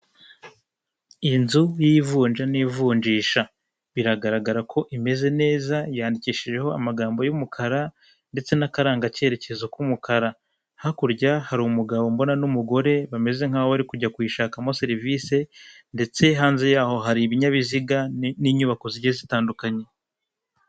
Inzu y'ivunja n'ivunjisha, biragaragara ko imeze neza, yandikishijeho amagambo y'umukara ndetse n'akarangacyerekezo k'umukara. Hakurya hari umugabo mbona n'umugore bameze nk'aho bari kujya kuyishakamo serivisi ndetse hanze yaho hari ibinyabiziga n'inyubako zigeye zitandukanye.